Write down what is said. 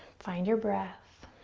find your breath.